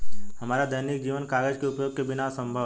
हमारा दैनिक जीवन कागज के उपयोग के बिना असंभव है